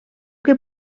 que